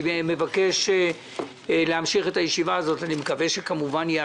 אני מבקש להמשיך את הישיבה הזאת - אני מקווה שיאשרו,